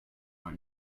are